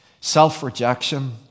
self-rejection